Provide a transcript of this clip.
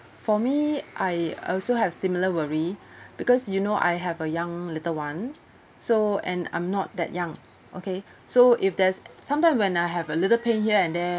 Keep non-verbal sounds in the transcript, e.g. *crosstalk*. for me I also have similar worry *breath* because you know I have a young little one so and I'm not that young okay so if there's sometimes when I have a little pain here and there